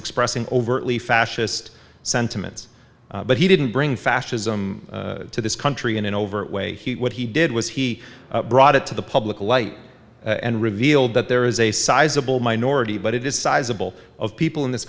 expressing overtly fascist sentiments but he didn't bring fascism to this country in an over way he what he did was he brought it to the public light and revealed that there is a sizable minority but it is sizable of people in this